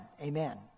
Amen